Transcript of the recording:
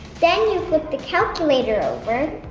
then you flip the calculator over,